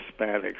Hispanics